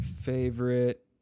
favorite